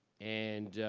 and,